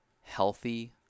healthy